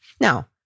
Now